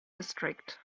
district